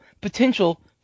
potential